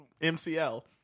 MCL